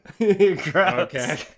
Okay